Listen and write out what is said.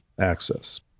access